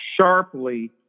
sharply